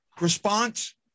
response